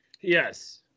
yes